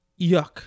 Yuck